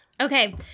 Okay